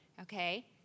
Okay